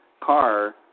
car